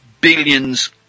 billions